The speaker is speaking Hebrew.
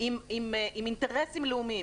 עם אינטרסים לאומיים?